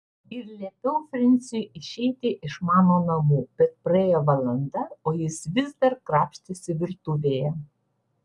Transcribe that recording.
ir liepiau frensiui išeiti iš mano namų bet praėjo valanda o jis vis dar krapštėsi virtuvėje